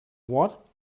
what